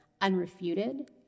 unrefuted